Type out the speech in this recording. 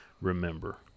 remember